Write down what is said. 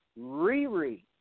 Riri